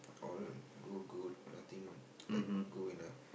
all good good nothing like going uh